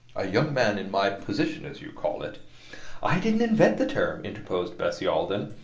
a young man in my position, as you call it i didn't invent the term, interposed bessie alden.